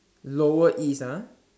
lower East ah